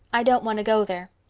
i don't want to go there.